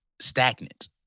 stagnant